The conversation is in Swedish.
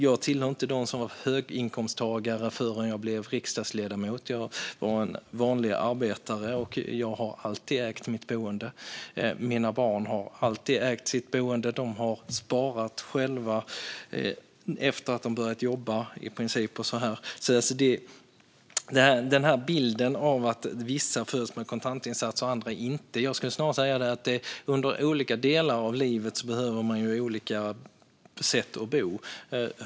Jag var inte höginkomsttagare förrän jag blev riksdagsledamot. Jag var en vanlig arbetare, och jag har alltid ägt mitt boende. Mina barn har också alltid ägt sitt boende. De har sparat själva i princip sedan de började jobba. Det ges en bild av att vissa föds med en kontantinsats och andra inte. Jag skulle snarare säga att man under olika delar av livet behöver olika sätt att bo.